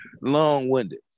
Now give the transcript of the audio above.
Long-winded